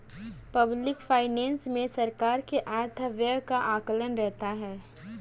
public finance मे सरकार के आय तथा व्यय का आकलन रहता है